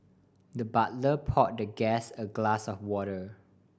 the butler pour the guest a glass of water